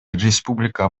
республика